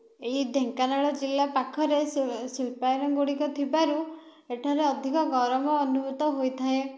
ଏଇ ଢେଙ୍କାନାଳ ଜିଲ୍ଲା ପାଖରେ ଶିଳ୍ପାୟନ ଗୁଡ଼ିକ ଥିବାରୁ ଏଠାରେ ଅଧିକ ଗରମ ଅନୁଭୂତ ହୋଇଥାଏ